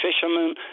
fishermen